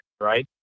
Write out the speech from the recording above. right